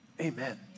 amen